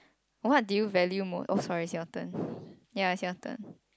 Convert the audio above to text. what did you value most oh sorry it's your turn ya it's your turn